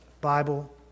Bible